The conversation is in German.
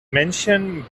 menschen